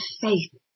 faith